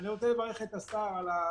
אני רוצה לברך את השר על התוכנית.